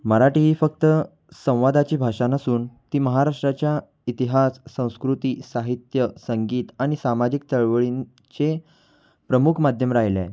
मराठी ही फक्त संवादाची भाषा नसून ती महाराष्ट्राच्या इतिहास संस्कृती साहित्य संगीत आणि सामाजिक चळवळींचे प्रमुख माध्यम राहिले आहे